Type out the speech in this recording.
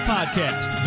Podcast